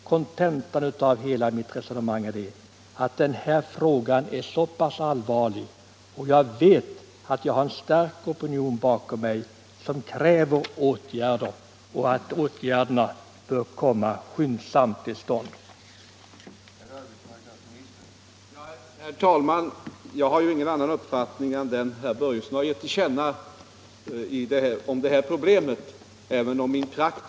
Kontentan av hela mitt resonemang är att denna fråga är allvarlig, och jag vet att jag har en stark opinion bakom mig som kräver åtgärder - och att åtgärderna skall komma till stånd skyndsamt.